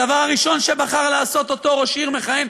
הדבר הראשון שבחר לעשות ראש עיר מכהן,